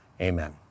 amen